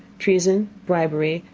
treason, bribery,